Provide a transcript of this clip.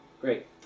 Great